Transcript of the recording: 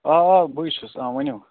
آ آ بٕے چھُس آ ؤنِو